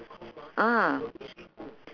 ah